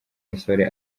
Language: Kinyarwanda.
musore